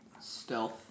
Stealth